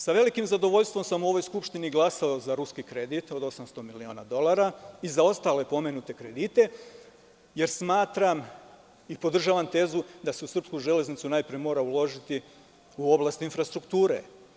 Sa velikim zadovoljstvom sam u ovoj Skupštini glasao za ruski kredit od 800 miliona dolara i za ostale pomenute kredite, jer smatram i podržavam tezu da se u srpsku železnicu najpre mora uložiti u oblast infrastrukture.